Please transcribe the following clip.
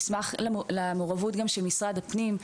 נשמח למעורבות גם של משרד הפנים,